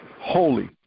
holy